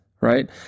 right